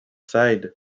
side